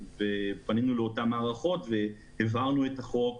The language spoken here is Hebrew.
פנינו לאותן מערכות והבהרנו את החוק.